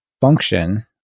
function